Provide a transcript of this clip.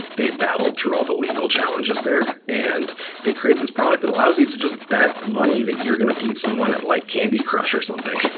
they battled through all the legal challenges there, and they created this product allows you to just bet money that you're going to beat someone at like candy crush or something.